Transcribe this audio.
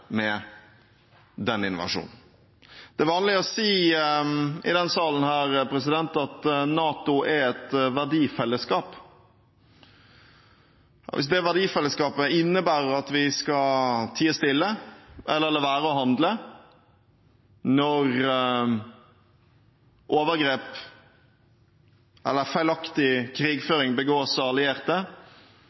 med den invasjonen. Det er vanlig å si i denne salen at NATO er et verdifellesskap. Hvis det verdifellesskapet innebærer at vi skal tie stille eller la være å handle når overgrep eller feilaktig krigføring begås av allierte,